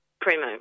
primo